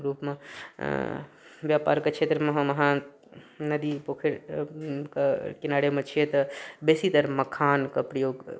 रूपमे बेपारके क्षेत्रमे हम अहाँ नदी पोखरिके किनारेमे छिए तऽ बेसीतर मखानके प्रयोग